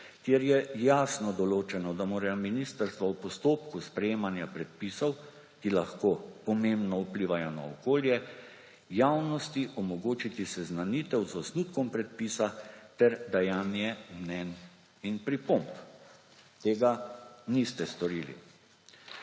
kjer je jasno določeno, da mora ministrstvo v postopku sprejemanja predpisov, ki lahko pomembno vplivajo na okolje, javnosti omogočiti seznanitev z osnutkom predpisa ter dajanje mnenj in pripomb. Tega niste storili.